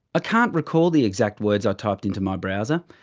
ah can't recall the exact words i typed into my browser,